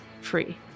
free